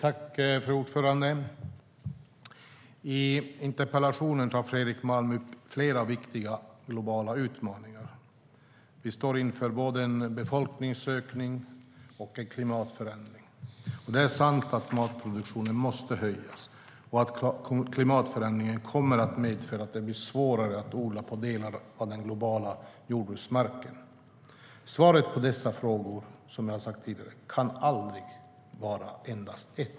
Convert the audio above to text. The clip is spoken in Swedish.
Fru talman! I interpellationen tar Fredrik Malm upp flera viktiga globala utmaningar. Vi står inför både en befolkningsökning och en klimatförändring. Det är sant att matproduktionen måste höjas och att klimatförändringen kommer att medföra att det blir svårare att odla på delar av den globala jordbruksmarken. Svaret på dessa frågor kan, som jag har sagt tidigare, aldrig vara endast ett.